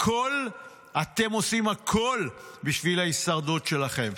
אתם עושים הכול בשביל ההישרדות שלכם.